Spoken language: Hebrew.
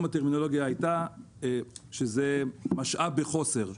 הטרמינולוגיה הייתה שזה משאב בחוסר.